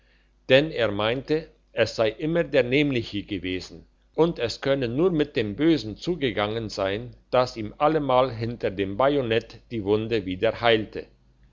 denn er meinte es sei immer der nämliche gewesen und es könne nur mit dem bösen zugegangen sein dass ihm allemal hinter dem bajonett die wunde wieder heilte